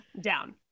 down